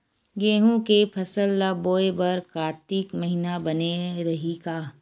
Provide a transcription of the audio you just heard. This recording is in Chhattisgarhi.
गेहूं के फसल ल बोय बर कातिक महिना बने रहि का?